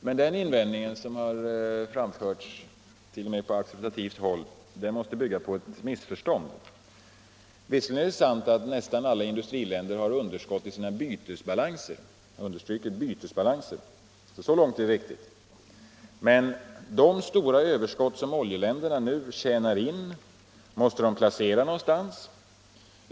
Men denna invändning, som framförts t.o.m. på auktoritativt håll, måste bygga på ett missförstånd. Visserligen är det sant att nästan alla industriländer har underskott i sina bytesbalanser — jag understryker bytesbalanser. Så långt är det riktigt. Men de stora överskott som oljeländerna nu tjänar in måste de placera någonstans.